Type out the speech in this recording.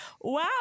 Wow